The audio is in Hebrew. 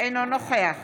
אינו נוכח